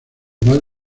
más